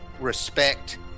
respect